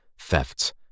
thefts